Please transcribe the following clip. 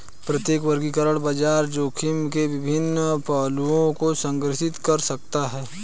प्रत्येक वर्गीकरण बाजार जोखिम के विभिन्न पहलुओं को संदर्भित कर सकता है